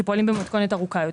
שפועלים במתכונת ארוכה יותר,